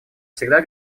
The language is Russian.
всегда